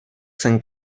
zen